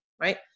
right